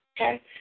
Okay